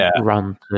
run